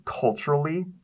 culturally